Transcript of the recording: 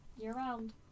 year-round